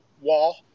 wall